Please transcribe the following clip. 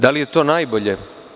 Da li je to najbolje?